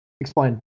Explain